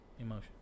emotion